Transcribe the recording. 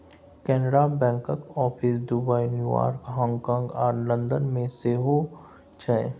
कैनरा बैंकक office Dubai, New York, हाँगकाँग आ लंदन मे सेहो छै